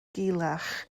gulach